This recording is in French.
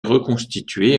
reconstitué